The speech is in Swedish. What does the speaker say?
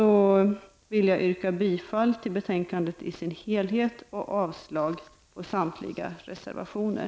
Jag yrkar bifall till utskottets hemställan i dess helhet och avslag på samtliga reservationer.